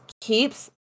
keeps